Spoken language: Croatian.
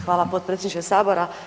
Hvala potpredsjedniče sabora.